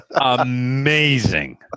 amazing